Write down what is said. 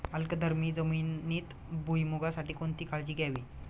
अल्कधर्मी जमिनीत भुईमूगासाठी कोणती काळजी घ्यावी?